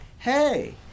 Hey